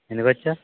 ఎందుకు వచ్చావు